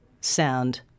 sound